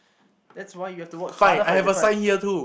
that's why you have to work harder for your difference